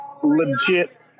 legit